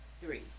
three